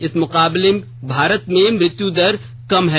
इसके मुकाबले भारत में मृत्यु दर कम है